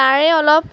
তাৰে অলপ